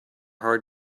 hard